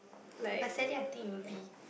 but sadly I think it would be